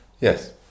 Yes